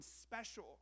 special